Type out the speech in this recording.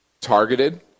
targeted